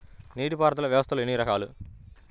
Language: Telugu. నీటిపారుదల వ్యవస్థలు ఎన్ని రకాలు?